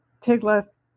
Tiglath